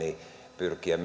pyrkiä